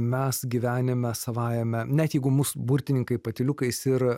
mes gyvenime savajame net jeigu mus burtininkai patyliukais ir